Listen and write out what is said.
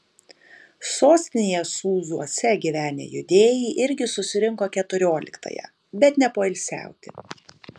sostinėje sūzuose gyvenę judėjai irgi susirinko keturioliktąją bet ne poilsiauti